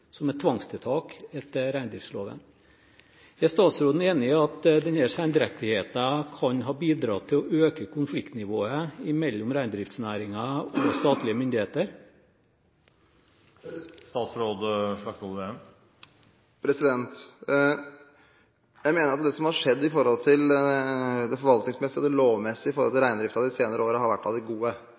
som et tvangstiltak etter reindriftsloven. Er statsråden enig i at denne sendrektigheten kan ha bidratt til å øke konfliktnivået mellom reindriftsnæringen og statlige myndigheter? Jeg mener at det som har skjedd når det gjelder det forvaltningsmessige og det lovmessige i forhold til reindriften de senere år, har vært av det gode.